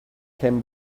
can